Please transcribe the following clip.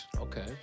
Okay